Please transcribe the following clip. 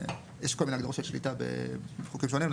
יש כל מיני הגדרות של שליטה בחוקים שונים,